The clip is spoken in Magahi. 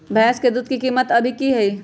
भैंस के दूध के कीमत अभी की हई?